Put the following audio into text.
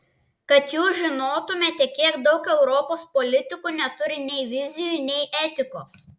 kad jūs žinotumėte kiek daug europos politikų neturi nei vizijų nei etikos